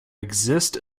exist